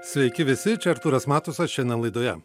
sveiki visi čia artūras matusas šiandien laidoje